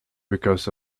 because